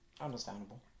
Understandable